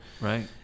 Right